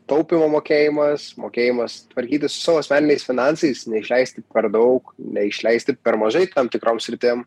taupymo mokėjimas mokėjimas tvarkytis su savo asmeniniais finansais neišleisti per daug neišleisti per mažai tam tikrom sritim